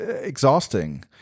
exhausting